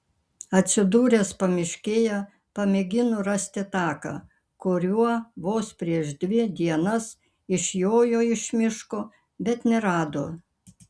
atsidūręs pamiškėje pamėgino rasti taką kuriuo vos prieš dvi dienas išjojo iš miško bet nerado